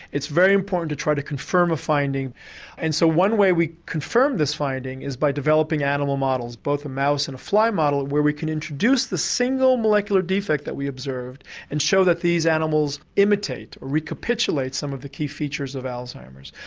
it's very important to try to confirm a finding and so one way we confirm this finding is by developing animal models both in a mouse and a fly model where we can introduce the single molecular defect that we observed and show that these animals imitate, or recapitulate, some of the key features of alzheimer's.